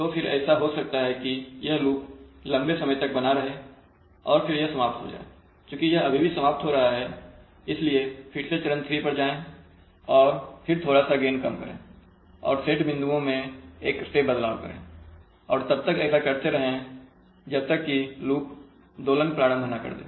तो फिर ऐसा हो सकता है कि यह लूप लंबे समय तक बना रहे और फिर यह समाप्त हो जाए चूंकि यह अभी भी यह समाप्त हो जा रहा है इसलिए फिर से चरण 3 पर जाएं और फिर थोड़ा सा गेन कम करें और सेट बिंदुओं में एक स्टेप बदलाव करेंऔर तब तक ऐसा करते रहें जब तक की लूप दोलन प्रारंभ ना कर दे